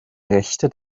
rechte